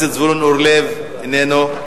חבר הכנסת זבולון אורלב, איננו.